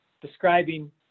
describing